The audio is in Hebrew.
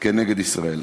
כנגד ישראל.